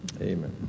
Amen